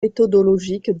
méthodologiques